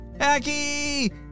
Aki